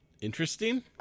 interesting